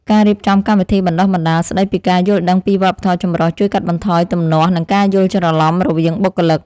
ការរៀបចំកម្មវិធីបណ្តុះបណ្តាលស្តីពីការយល់ដឹងពីវប្បធម៌ចម្រុះជួយកាត់បន្ថយទំនាស់និងការយល់ច្រឡំរវាងបុគ្គលិក។